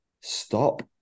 stop